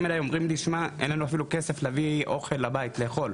אלי ואומרים שאין להם כסף להביא אוכל הביתה לאכול,